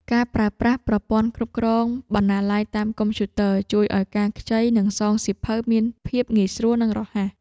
ការប្រើប្រាស់ប្រព័ន្ធគ្រប់គ្រងបណ្ណាល័យតាមកុំព្យូទ័រជួយឱ្យការខ្ចី និងសងសៀវភៅមានភាពងាយស្រួលនិងរហ័ស។